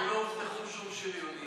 אין שום שריונים ולא הובטחו שום שריונים.